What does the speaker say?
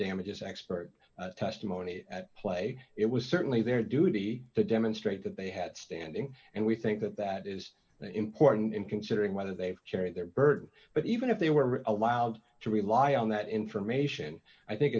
damages expert testimony at play it was certainly their duty to demonstrate that they had standing and we think that that is important in considering whether they've carried their burden but even if they were allowed to rely on that information i think